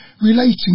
relating